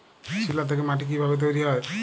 শিলা থেকে মাটি কিভাবে তৈরী হয়?